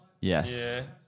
Yes